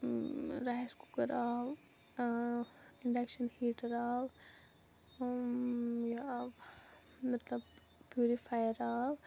rice cooker آو induction heater آو یہِ آو مطلب پیوٗرِفایر آو